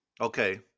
Okay